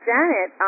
Janet